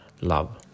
love